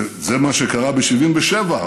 וזה מה שקרה ב-77'.